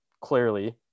clearly –